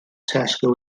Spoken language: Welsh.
tesco